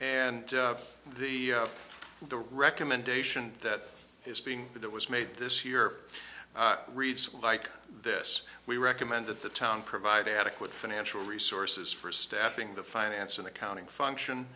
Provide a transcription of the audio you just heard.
and the recommendation that is being that was made this year reads like this we recommend that the town provide adequate financial resources for staffing the finance and accounting function